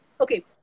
Okay